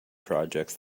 projects